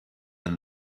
and